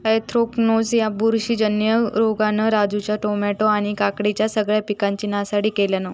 anthracnose ह्या बुरशीजन्य रोगान राजूच्या टामॅटो आणि काकडीच्या सगळ्या पिकांची नासाडी केल्यानं